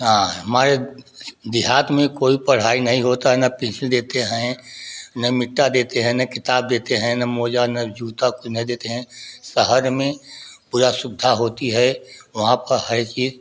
हाँ हमारे देहात में कोई पढ़ाई नहीं होता है ना पिनसिल देते हैं ना मिटा देते हैं ना किताब देते हैं ना मोजा ना जूता कुछ नहीं देते हैँ शहर में पूरा सुविधा होती है वहाँ पर हर चीज